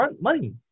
money